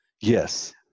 Yes